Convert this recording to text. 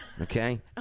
Okay